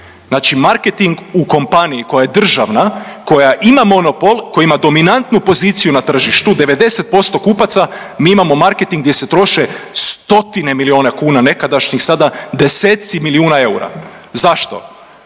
znači marketing u kompaniji koja je državna, koja ima monopol, koji ima dominantnu poziciju na tržištu 90% kupaca mi imamo marketing gdje se troše stotine milijuna kuna nekadašnjih sada deseci milijuna eura. Zašto?